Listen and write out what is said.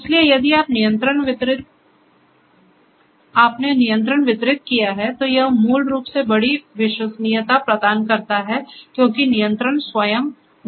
इसलिए यदि आपने नियंत्रण वितरित किया है तो यह मूल रूप से बड़ी विश्वसनीयता प्रदान करता है क्योंकि नियंत्रण स्वयं वितरित किया गया है